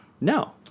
No